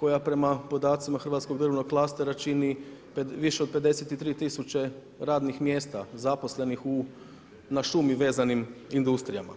koja prema podacima Hrvatskog drvnog klastera čini više od 53000 radnih mjesta zaposlenih na šumi vezanim industrijama.